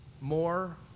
more